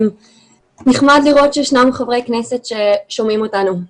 נחמד לראות שיש חברי כנסת ששומעים אותנו,